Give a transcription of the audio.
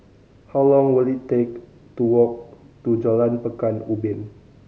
how long will it take to walk to Jalan Pekan Ubin